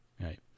right